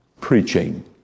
preaching